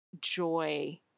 joy